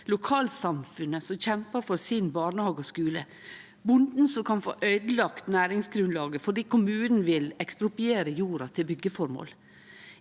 lokalsamfunnet som kjempar for sin barnehage og skule, og bonden som kan få øydelagd næringsgrunnlaget fordi kommunen vil ekspropriere jorda til byggjeformål.